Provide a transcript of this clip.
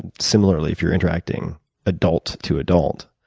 similarly, if you're interacting adult to adult,